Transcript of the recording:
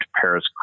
Paris